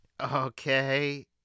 Okay